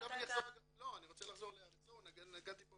סיימת את -- לא, אני רוצה לחזור ל- -- נגעתי פה